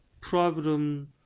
problem